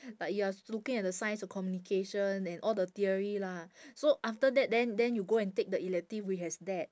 like you are looking at the signs of communication and all the theory lah so after that then then you go and take the elective which has that